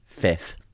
fifth